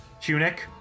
tunic